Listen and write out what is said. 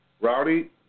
Rowdy